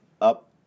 up